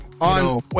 On